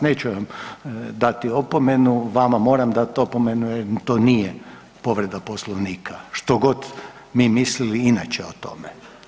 Neću vam dati opomenu, vama moram dati opomenu jer to nije povreda Poslovnika što god mi mislili inače o tome.